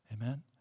Amen